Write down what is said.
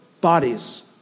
bodies